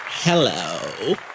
Hello